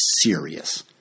serious